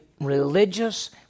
religious